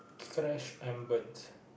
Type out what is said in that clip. trash and burnt